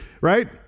Right